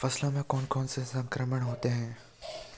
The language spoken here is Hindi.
फसलों में कौन कौन से संक्रमण होते हैं?